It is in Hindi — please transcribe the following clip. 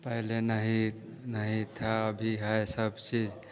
पहले नहीं नहीं था अभी है सब चीज